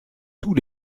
tous